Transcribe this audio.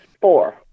four